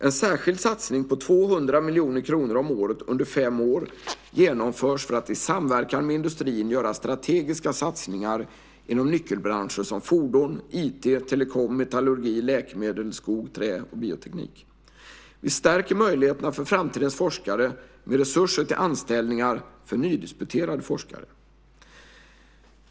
En särskild satsning på 200 miljoner kronor om året under fem år genomförs för att i samverkan med industrin göra strategiska satsningar inom nyckelbranscher som fordon, IT, telekom, metallurgi, läkemedel, skog, trä och bioteknik. Vi stärker möjligheterna för framtidens forskare med resurser till anställningar för nydisputerade forskare.